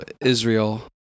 Israel